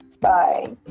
Bye